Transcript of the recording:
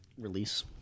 Release